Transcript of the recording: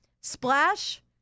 Splash